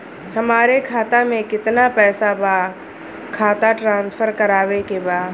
हमारे खाता में कितना पैसा बा खाता ट्रांसफर करावे के बा?